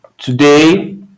today